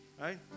Right